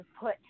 put